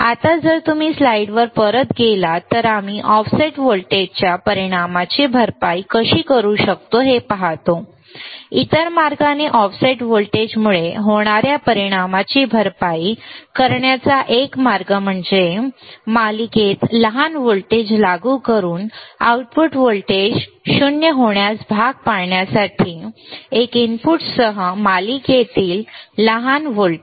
आता जर तुम्ही स्लाइडवर परत गेलात तर आम्ही ऑफसेट व्होल्टेजच्या परिणामाची भरपाई कशी करू शकतो हे पाहतो इतर मार्गाने ऑफसेट व्होल्टेजमुळे होणाऱ्या परिणामाची भरपाई करण्याचा एक मार्ग म्हणजे मालिकेत लहान व्होल्टेज लागू करून आउटपुट व्होल्टेज 0 बरोबर होण्यास भाग पाडण्यासाठी एका इनपुटसह मालिकेतील लहान व्होल्टेज